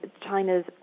China's